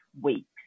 weeks